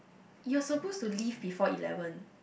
you're supposed to leave before eleven